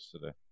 today